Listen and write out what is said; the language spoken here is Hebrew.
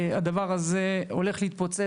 הדבר הזה הולך להתפוצץ,